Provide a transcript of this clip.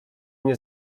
nie